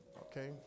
Okay